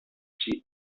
see